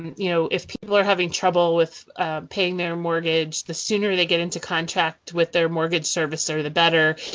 you know. if people are having trouble with paying their mortgage, the sooner they get into contact with their mortgage servicer, the better,